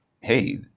hey